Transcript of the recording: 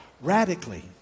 radically